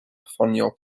ffonio